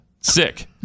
sick